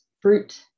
fruit